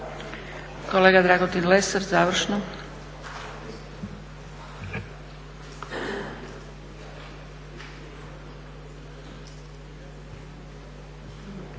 Kolega Dragutin Lesar, završno.